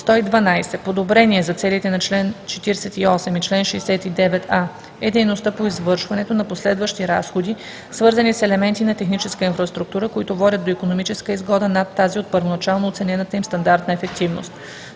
112. „Подобрение“ за целите на чл. 48 и чл. 69а е дейността по извършването на последващи разходи, свързани с елементи на техническа инфраструктура, които водят до икономическа изгода над тази от първоначално оценената им стандартна ефективност.